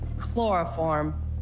chloroform